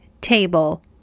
table